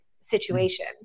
situation